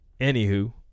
anywho